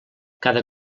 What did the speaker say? cada